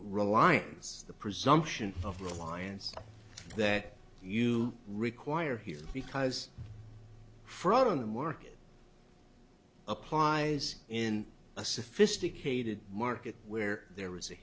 reliance the presumption of reliance that you require here because fraud on a market applies in a sophisticated market where there is a